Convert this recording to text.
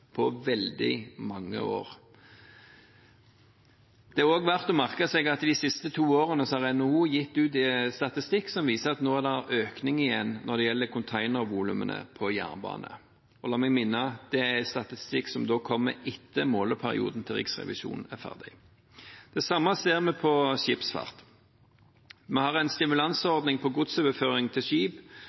på veldig mange år. Det er også verdt å merke seg at de siste to årene har NOU gitt ut statistikk som viser at nå er det økning igjen når det gjelder containervolumene på jernbane. La meg minne om at det er statistikk som kommer etter at måleperioden til Riksrevisjonen er ferdig. Det samme ser vi på skipsfart. Vi har en stimulanseordning på godsoverføring til skip